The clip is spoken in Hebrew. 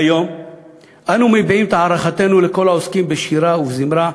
היום אנחנו מביעים את הערכתנו לכל העוסקים בשירה ובזמרה,